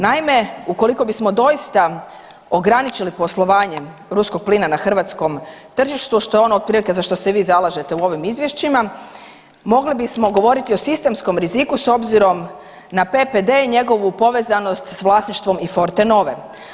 Naime, ukoliko bismo doista ograničili poslovanje ruskog plina na hrvatskom tržištu, a što je ono otprilike ono za što se vi zalažete u ovim izvješćima mogli bismo govoriti o sistemskom riziku s obzirom na PPD i njegovu povezanost sa vlasništvom i Fortenove.